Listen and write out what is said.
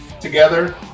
together